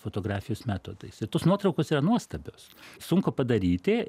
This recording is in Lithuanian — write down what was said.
fotografijos metodais ir tos nuotraukos yra nuostabios sunku padaryti